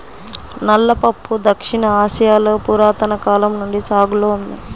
నల్ల పప్పు దక్షిణ ఆసియాలో పురాతన కాలం నుండి సాగులో ఉంది